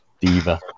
diva